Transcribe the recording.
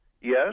Yes